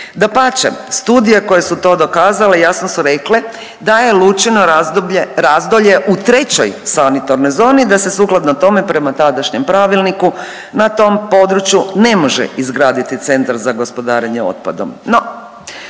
Dapače, studije koje su to dokazale jasno su rekle da je Lučino Razdolje u trećoj sanitarnoj zoni i da se sukladno tome prema tadašnjem pravilniku na tom području ne može izgraditi Centar za gospodarenje otpadom,